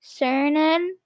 Cernan